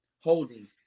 holding